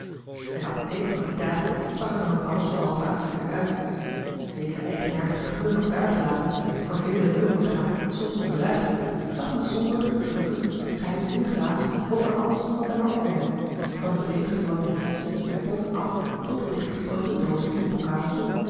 een apotheek van die dagen zag er dan ook alles behalve aantrekkelijk uit zekere eigenaardige geur nog daargelaten voor veler reukorgaan soms ondraaglijk lag een somber drukkend geheimzinnig waas over alles wat men er opmerkte van de vreemdgevormde flesschen en potten af tot de dichtgesloten doozen en bokalen toe